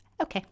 Okay